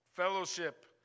Fellowship